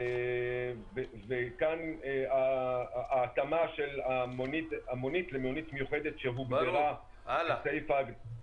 וכאן ההתאמה של המונית למונית מיוחדת שהוגדרה בסעיף ההגדרות.